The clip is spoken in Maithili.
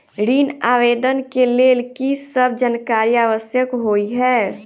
ऋण आवेदन केँ लेल की सब जानकारी आवश्यक होइ है?